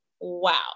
wow